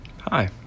Hi